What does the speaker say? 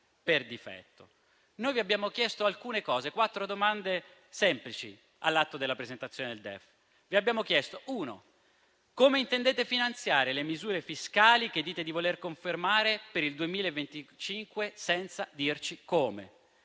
Noi vi abbiamo chiesto alcune cose, quattro domande semplici all'atto della presentazione del DEF. Vi abbiamo chiesto, in primo luogo: come intendete finanziare le misure fiscali che dite di voler confermare per il 2025? Seconda